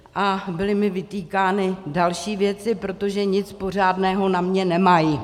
A byly mi vytýkány další věci, protože nic pořádného na mě nemají.